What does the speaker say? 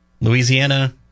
Louisiana